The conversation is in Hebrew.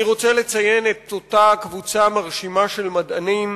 אני רוצה לציין את אותה קבוצה מרשימה של מדענים,